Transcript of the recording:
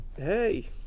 Hey